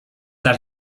that